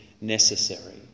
necessary